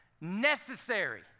Necessary